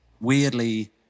weirdly